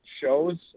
shows